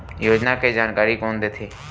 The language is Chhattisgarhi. योजना के जानकारी कोन दे थे?